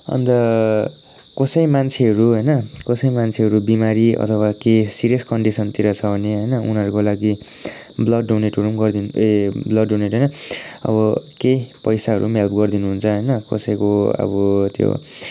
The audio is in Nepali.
अन्त कसै मान्छेहरू होइन कसै मान्छेहरू बिमारी अथवा केही सिरियस कन्डिसनतिर छ भने होइन उनीहरूको लागि ब्लड डोनेटहरू पनि गरिदिनु ए ब्लड डोनेट होइन अब केही पैसाहरू पनि हेल्प गरिदिनु हुन्छ होइन कसैको अब त्यो